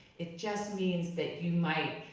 it just means that you might,